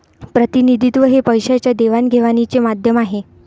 प्रतिनिधित्व हे पैशाच्या देवाणघेवाणीचे माध्यम आहे